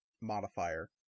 modifier